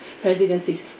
presidencies